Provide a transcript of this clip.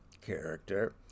character